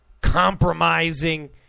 compromising